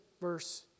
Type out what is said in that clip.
verse